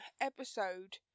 episode